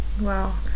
Wow